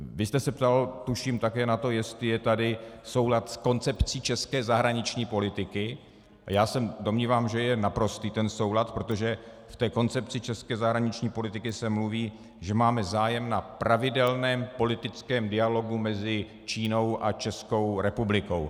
Vy jste se ptal tuším také na to, jestli je tady soulad s koncepcí české zahraniční politiky, a já se domnívám, že je naprostý, ten soulad, protože v koncepci české zahraniční politiky se mluví, že máme zájem na pravidelném politickém dialogu mezi Čínou a Českou republikou.